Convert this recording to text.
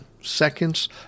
seconds